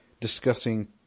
discussing